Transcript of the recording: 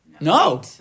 no